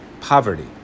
Poverty